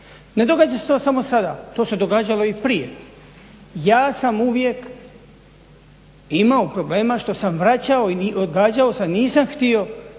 Ne događa se to samo sada, to se događalo i prije. Ja sam uvijek imao problema što sam vraćao i odgađao sam, nisam htio,